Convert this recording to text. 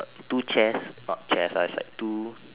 two chairs not chairs ah is like two